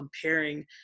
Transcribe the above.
comparing